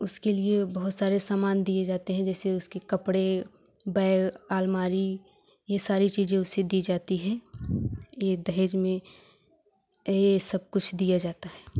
उसके लिए बहुत सारे समान दिए जाते है जैसे उसके कपड़े बैग अलमारी ये सारी चीज़ें उसे दी जाती है ये दहेज़ में ये सब कुछ दिया जाता है